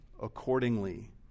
accordingly